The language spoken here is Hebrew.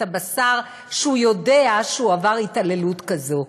הבשר כשהוא יודע שהוא עבר התעללות כזו?